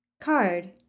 card